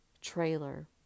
trailer